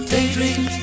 Daydream